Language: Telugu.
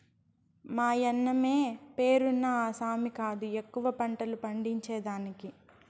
మాయన్నమే పేరున్న ఆసామి కాదు ఎక్కువ పంటలు పండించేదానికి